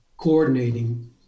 coordinating